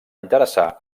interessar